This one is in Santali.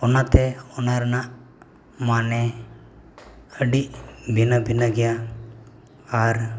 ᱚᱱᱟᱛᱮ ᱚᱱᱟ ᱨᱮᱱᱟᱜ ᱢᱟᱱᱮ ᱟᱹᱰᱤ ᱵᱷᱤᱱᱟᱹᱼᱵᱷᱤᱱᱟᱹ ᱜᱮᱭᱟ ᱟᱨ